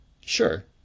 sure